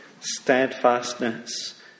steadfastness